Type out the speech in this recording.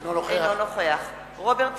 אינו נוכח רוברט טיבייב,